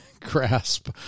grasp